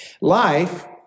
Life